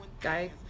guy